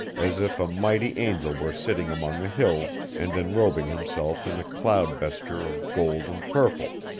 as if a mighty angel were sitting among the hills, and enrobing himself in a cloud-vesture of gold and purple.